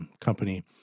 company